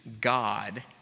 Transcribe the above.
God